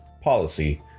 policy